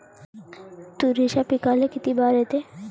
तुरीच्या पिकाले किती बार येते?